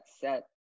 set